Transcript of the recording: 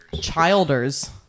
childers